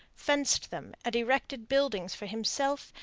fenced them, and erected buildings for himself,